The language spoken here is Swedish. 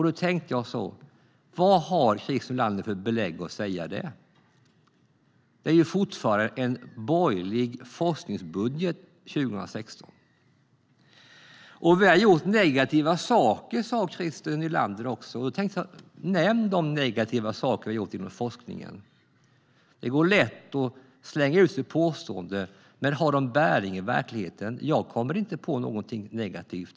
Då tänkte jag: Vad har Christer Nylander för belägg för att säga det? Det är ju fortfarande en borgerlig forskningsbudget 2016. Christer Nylander sa också att vi har gjort negativa saker. Nämn då de negativa saker som vi har gjort inom forskningen! Det är lätt att slänga ut lite påståenden, men har de bäring i verkligheten? Jag kommer inte på någonting negativt.